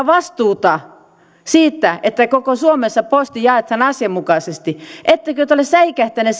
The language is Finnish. vastuuta siitä että koko suomessa posti jaetaan asianmukaisesti ettekö te ole säikähtäneet